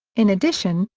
in addition,